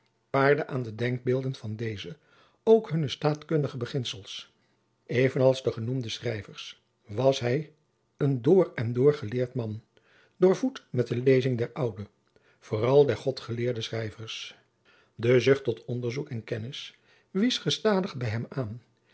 paarde aan de denkbeelden van dezen ook hunne staatkundige beginsels even als de genoemde schrijvers was hij een door en door geleerd man doorvoed met de lezing der oude vooral der godgeleerde schrijvers de zucht tot onderzoek en kennis wies gestadig bij hem aan